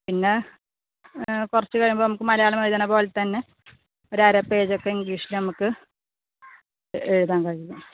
പിന്നെ കുറച്ച് കഴിയുമ്പോൾ നമുക്ക് മലയാളം എഴുതുന്നത് പോലെ തന്നെ ഒരു അര പേജ് ഒക്കെ ഇംഗ്ലീഷിൽ നമുക്ക് എഴുതാൻ കഴിയും